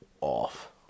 off